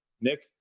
Nick